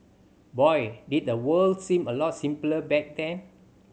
boy did the world seem a lot simpler back then